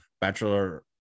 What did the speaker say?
bachelor